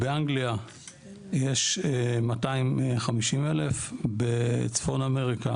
באנגליה יש 250,000. בצפון אמריקה